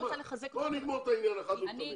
בואו נגמור את העניין אחת ולתמיד,